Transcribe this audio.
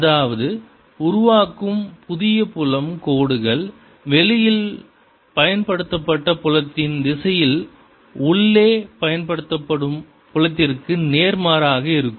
அதாவது உருவாக்கும் புதிய புலம் கோடுகள் வெளியில் பயன்படுத்தப்பட்ட புலத்தின் திசையில் உள்ளே பயன்படுத்தப்படும் புலத்திற்கு நேர்மாறாக இருக்கும்